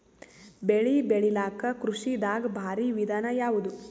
ಬೆಳೆ ಬೆಳಿಲಾಕ ಕೃಷಿ ದಾಗ ಭಾರಿ ವಿಧಾನ ಯಾವುದು?